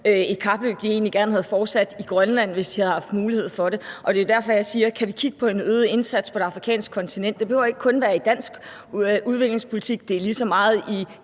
de egentlig gerne havde fortsat i Grønland, hvis de havde haft mulighed for det, og det er jo derfor, jeg spørger, om vi kan kigge på en øget indsats på det afrikanske kontinent. Det behøver ikke kun at være i dansk udviklingspolitik, det er lige så meget i